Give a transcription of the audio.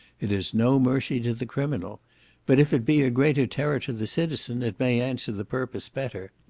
it is no mercy to the criminal but if it be a greater terror to the citizen, it may answer the purpose better.